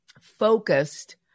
focused